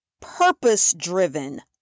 purpose-driven